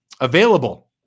available